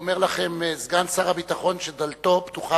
אומר לכם סגן שר הביטחון שדלתו פתוחה